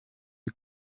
die